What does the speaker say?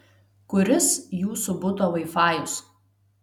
kuris jūsų buto vaifajus